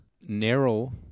narrow